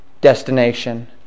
destination